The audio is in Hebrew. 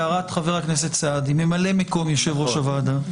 להערת חבר הכנסת סעדי, ממלא מקום יושב ראש הוועדה.